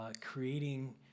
creating